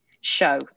show